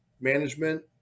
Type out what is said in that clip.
management